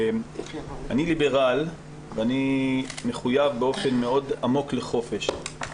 אני ליברל ואני מחויב באופן מאוד עמוק לחופש.